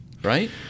Right